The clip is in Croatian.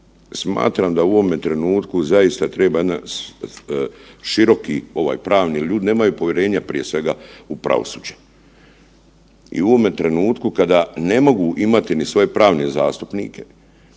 smatram da u ovome trenutku treba zaista jedan široki ovaj pravni, ljudi nemaju povjerenja prije svega u pravosuđe. I u ovome trenutku kada ne mogu imati ni svoje pravne zastupnike,